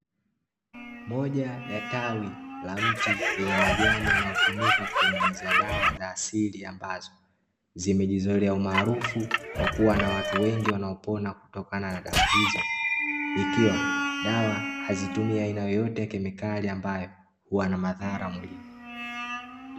Moja ya tawi la mti wenye majani yanayotumika kutengenezea dawa za asili, ambazo zimejizolea umaarufu kwa kuwa na watu wengi wanaopona kutokana na dawa hizo, ikiwa dawa hazitumii aina yoyote ya kemikali ambayo huwa na madhara mwilini.